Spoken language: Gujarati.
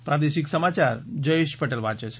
પ્રાદેશિક સમાચાર જયેશ પટેલ વાંચે છે